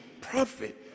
prophet